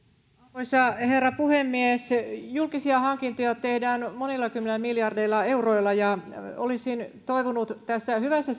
arvoisa herra puhemies julkisia hankintoja tehdään monilla kymmenillä miljardeilla euroilla ja olisin toivonut että tässä hyvässä